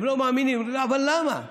הם לא מאמינים, אבל למה?